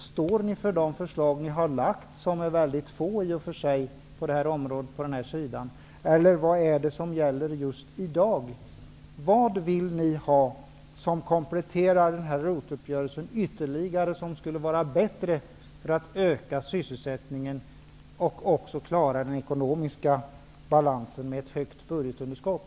Står ni för de förslag som ni har lagt fram och som är väldigt få i och för sig i detta fall, eller vad gäller just i dag? Vad vill ni komplettera ROT uppgörelsen med som skulle öka sysselsättningen och dessutom förbättra den ekonomiska balansen med ett stort budgetunderskott?